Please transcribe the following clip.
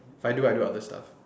I do I do other stuff